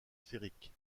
sphérique